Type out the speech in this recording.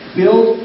build